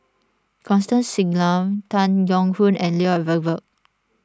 Constance Singam Tan Keong Choon and Lloyd Valberg